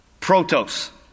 Protos